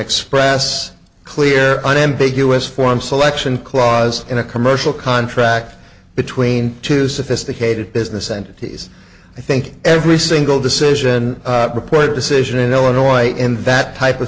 express clear unambiguous form selection clause in a commercial contract between two sophisticated business entities i think every single decision reported decision in illinois in that type of